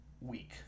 week